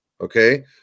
okay